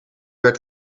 werd